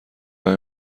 لای